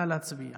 נא להצביע.